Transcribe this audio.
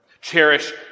Cherish